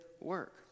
work